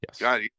yes